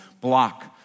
block